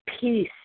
peace